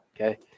Okay